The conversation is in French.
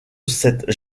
cette